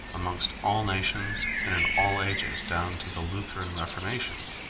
amongst all nations and in all ages, down to the lutheran reformation,